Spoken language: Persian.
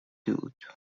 دود